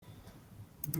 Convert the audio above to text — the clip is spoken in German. nan